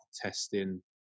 testing